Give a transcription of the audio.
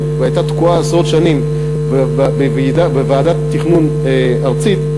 והייתה תקועה עשרות שנים בוועדת תכנון ארצית,